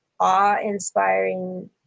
awe-inspiring